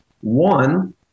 One